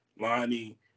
Lonnie